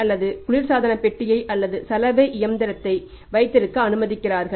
அல்லது குளிர்சாதன பெட்டியை அல்லது சலவை இயந்திரத்தை வைத்திருக்க அனுமதிக்கிறார்